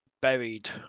buried